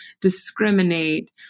discriminate